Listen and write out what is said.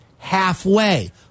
Halfway